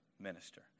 minister